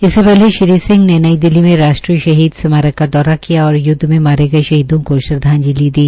इससे पहले श्री सिंह ने नई दिल्ली में राष्ट्रीय स्मारक का दौरा किया और य्दव में मारे शहीदों को श्रद्वाजंलि दी